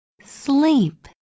Sleep